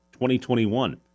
2021